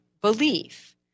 belief